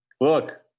look